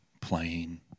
playing